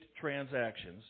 transactions